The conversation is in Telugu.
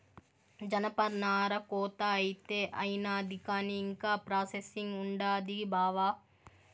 జనపనార కోత అయితే అయినాది కానీ ఇంకా ప్రాసెసింగ్ ఉండాది బావా